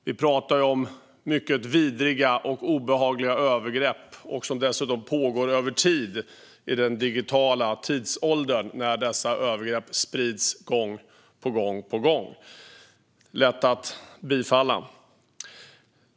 Vi pratar om mycket vidriga och obehagliga övergrepp som dessutom pågår över tid i den digitala tidsåldern. Dessa övergrepp sprids gång på gång. Ett sådant förslag är lätt att bifalla.